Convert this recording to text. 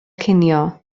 cinio